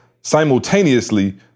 simultaneously